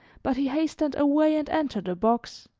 but he hastened away and entered a box.